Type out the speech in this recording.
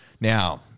Now